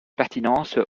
pertinence